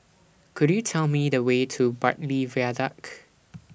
Could YOU Tell Me The Way to Bartley Viaduct